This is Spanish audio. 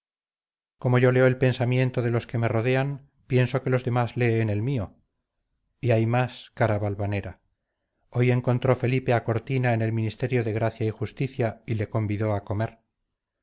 como yo leo el pensamiento de los que me rodean pienso que los demás leen el mío y hay más cara valvanera hoy encontró felipe a cortina en el ministerio de gracia y justicia y le convidó a comer